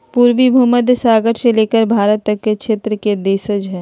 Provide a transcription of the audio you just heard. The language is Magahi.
पूर्वी भूमध्य सागर से लेकर भारत तक के क्षेत्र के देशज हइ